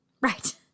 Right